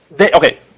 Okay